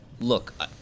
Look